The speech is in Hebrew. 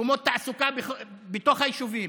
מקומות תעסוקה בתוך היישובים.